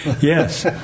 Yes